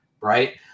Right